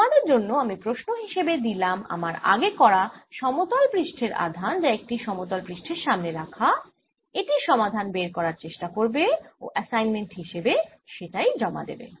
তোমাদের জন্য আমি প্রশ্ন হিসেবে দিলাম আমার আগে করা সমতল পৃষ্ঠের আধান যা একটি সমতল পৃষ্ঠের সামনে রাখা এটির সমাধান বের করার চেষ্টা করবে ও এসাইনমেন্ট হিসেবে সেটাই জমা দেবে